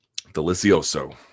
Delicioso